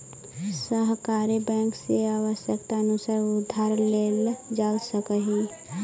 सहकारी बैंक से आवश्यकतानुसार उधार लेल जा सकऽ हइ